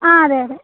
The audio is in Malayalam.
ആ അതെയതെ